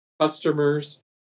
customers